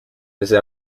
desde